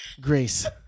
grace